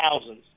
thousands